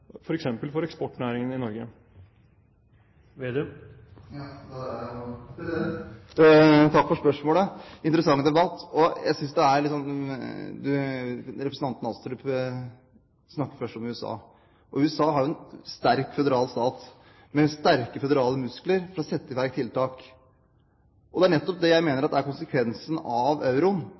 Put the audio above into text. for spørsmålet. Det er en interessant debatt. Representanten Astrup snakket først om USA. USA har jo en sterk føderal stat, med sterke føderale muskler for å sette i verk tiltak. Det er nettopp det jeg mener er konsekvensen av